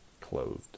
clothed